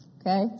okay